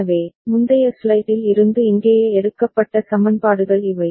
எனவே முந்தைய ஸ்லைடில் இருந்து இங்கேயே எடுக்கப்பட்ட சமன்பாடுகள் இவை